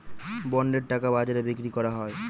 বন্ডের টাকা বাজারে বিক্রি করা হয়